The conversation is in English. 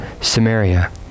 Samaria